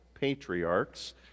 patriarchs